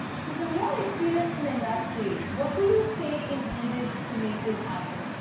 so from your experience in the industry, what would you say is needed to make this happen?